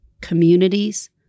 communities